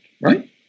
right